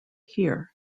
here